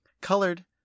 colored